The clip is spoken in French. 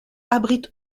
abrite